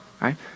right